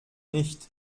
nicht